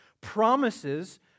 promises